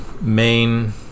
main